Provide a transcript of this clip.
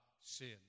sin